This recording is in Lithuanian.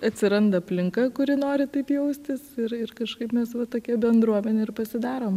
atsiranda aplinka kuri nori taip jaustis ir ir kažkaip mes va tokia bendruomenė ir pasidarom